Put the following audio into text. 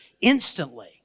instantly